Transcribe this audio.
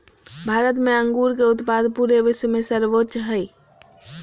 भारत में अंगूर के उत्पाद पूरे विश्व में सर्वोच्च हइ